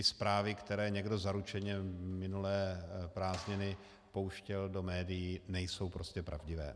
Zprávy, které někdo zaručeně minulé prázdniny pouštěl do médií, nejsou prostě pravdivé.